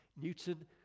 Newton